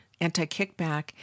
anti-kickback